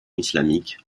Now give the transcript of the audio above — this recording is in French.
islamique